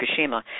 Fukushima